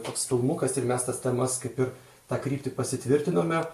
toks filmukas ir mes tas temas kaip ir tą kryptį pasitvirtinome